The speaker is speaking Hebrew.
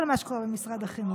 זה לא שרת החינוך.